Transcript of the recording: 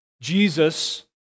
Jesus